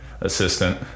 assistant